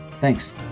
Thanks